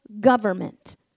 government